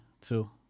two